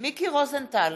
מיקי רוזנטל,